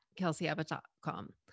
kelseyabbott.com